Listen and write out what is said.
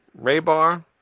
Raybar